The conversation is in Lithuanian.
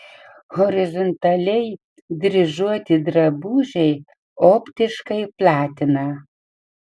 horizontaliai dryžuoti drabužiai optiškai platina